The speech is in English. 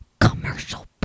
Commercial